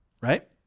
right